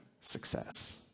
success